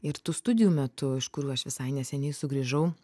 ir tu studijų metu iš kurių aš visai neseniai sugrįžau